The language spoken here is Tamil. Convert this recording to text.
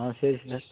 ஆ சரி சார்